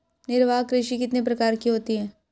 निर्वाह कृषि कितने प्रकार की होती हैं?